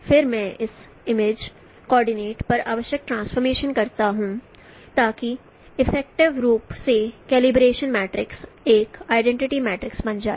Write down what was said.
और फिर मैं इमेज कोऑर्डिनेटस पर आवश्यक ट्रांसफॉर्मेशन कर सकता हूं ताकि इफेक्टिव रूप से कैलिब्रेशन मैट्रिक्स एक आइडेंटिटी मैट्रिक्स बन जाए